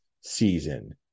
season